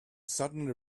suddenly